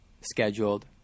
scheduled